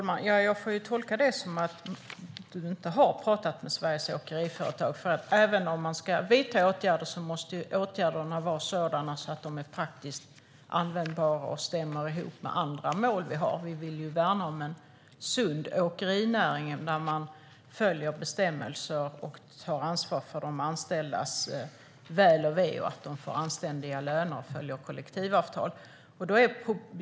Herr talman! Jag får tolka det som att Robert Halef inte har pratat med Sveriges Åkeriföretag. Även om man ska vidta åtgärder måste åtgärderna vara sådana att de är praktiskt användbara och stämmer med andra mål vi har. Vi vill ju värna om en sund åkerinäring där man följer bestämmelser, tar ansvar för de anställdas väl och ve, ger anständiga löner och följer kollektivavtal.